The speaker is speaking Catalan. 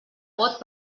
vot